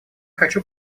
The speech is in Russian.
хочу